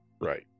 Right